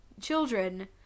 children